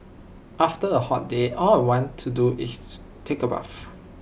after A hot day all I want to do is to take A bath